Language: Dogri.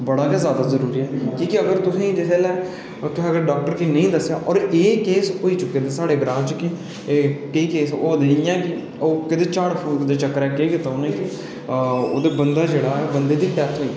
बड़ा गै जादा जरूरी ऐ के अगर तुसें ई कुसै लै अगर डाक्टर गी नेईं दस्सेआ क एह् केस होई चुके दे साढ़े ग्रांऽ च गै एह् केईं केस होए दे इं'या ओह् झाड़ फूक दे चक्करें केह् कीता उ'नें ओह् ओह्दे बंदा जेह्ड़ा ऐ बंदे दी डेथ होई